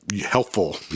helpful